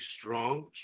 strong